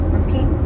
Repeat